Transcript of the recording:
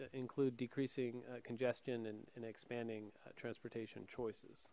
include decreasing congestion and expanding transportation choices